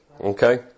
Okay